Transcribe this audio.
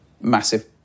massive